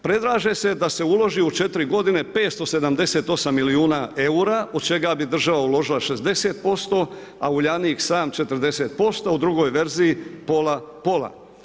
Predlaže se da se uloži u 4 godine 578 milijuna eura od čega bi država uložila 60%, a Uljanik sam 40%, a u drugoj verziji pola-pola.